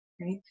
right